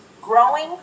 growing